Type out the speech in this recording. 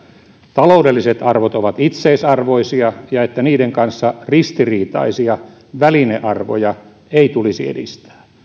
taloudelliset arvot ovat itseisarvoisia ja että niiden kanssa ristiriitaisia välinearvoja ei tulisi edistää